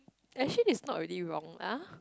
actually it's not really wrong lah